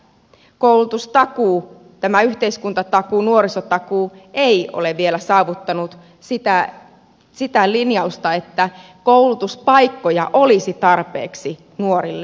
koulutustakuu tämä yhteiskuntatakuu nuorisotakuu ei ole vielä saavuttanut sitä linjausta että koulutuspaikkoja olisi tarpeeksi nuorille